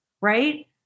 right